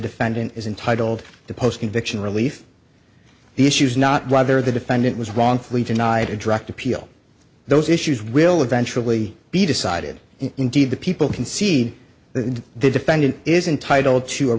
defendant is entitled to post conviction relief the issue is not rather the defendant was wrongfully denied a direct appeal those issues will eventually be decided and indeed the people can see the defendant is entitled to a